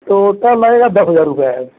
total लगेगा दस हज़ार रुपया है